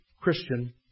Christian